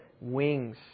wings